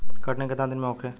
कटनी केतना दिन में होखे?